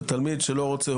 ותלמיד שלא רוצה,